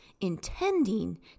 intending